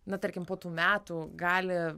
na tarkim po tų metų gali